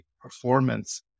performance